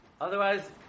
Otherwise